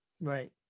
Right